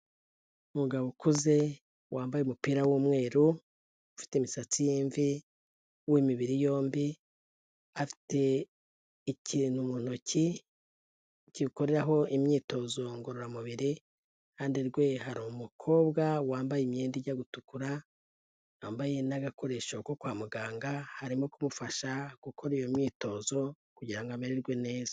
Umugabo ukuze wambaye umupira w'umweru, ufite imisatsi y'imvi, w'imibiri yombi, afite ikintu mu ntoki gikoreraho imyitozo ngororamubiri, iruhande rwe hari umukobwa wambaye imyenda ijya gutukura, yambaye n'agakoresho ko kwa muganga arimo kumufasha gukora iyo myitozo, kugira ngo amererwe neza.